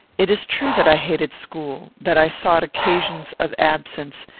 it is true that i hated school that i sought occasions of absence,